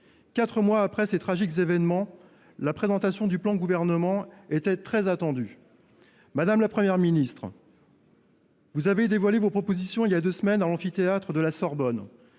Quatre mois après ces tragiques événements, la présentation du plan du Gouvernement était très attendue. Madame la Première ministre, vous avez dévoilé vos propositions il y a bientôt deux semaines, dans l’amphithéâtre de la Sorbonne.